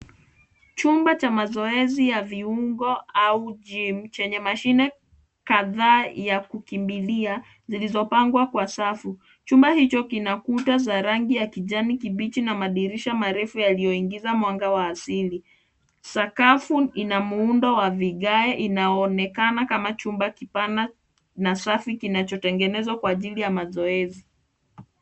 Chumba cha mazoezi ya viungo au gym chenye mashine kadhaa ya kukimbilia zilizo pangwa kwa safu, chumba hicho kina kuta cha rangi kibichi na madirisha marefu yalio ingiza mwanga wa asili, sakafu ina muundo wa vigae inaonekana kama chumba kipana na safu kinacho tengenezwa kwa jili ya mazoezi.